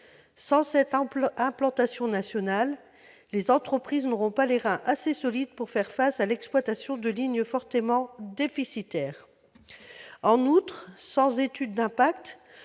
Sans une telle implantation nationale, les entreprises n'auront pas les reins assez solides pour assumer l'exploitation de lignes fortement déficitaires. En outre, en l'absence d'étude d'impact,